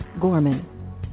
Gorman